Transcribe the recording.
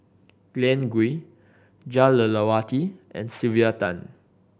Glen Goei Jah Lelawati and Sylvia Tan